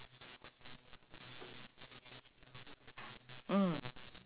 what was the best most memorable meal you had where did you have it